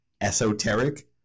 esoteric